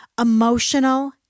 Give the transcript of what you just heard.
emotional